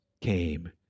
came